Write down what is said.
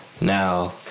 Now